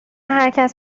هرکس